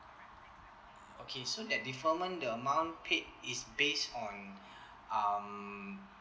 okay so that deferment the amount paid is base on um